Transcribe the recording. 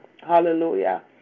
Hallelujah